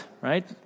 right